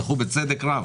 הם זכו בצדק רב